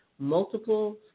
multiple